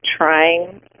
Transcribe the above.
trying